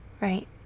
right